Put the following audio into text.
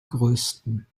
größten